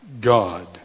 God